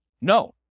No